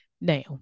Now